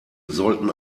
sollten